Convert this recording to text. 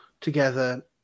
together